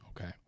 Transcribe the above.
Okay